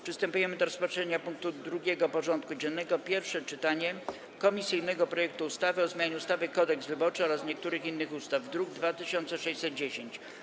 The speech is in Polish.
Przystępujemy do rozpatrzenia punktu 2. porządku dziennego: Pierwsze czytanie komisyjnego projektu ustawy o zmianie ustawy Kodeks wyborczy oraz niektórych innych ustaw (druk nr 2610)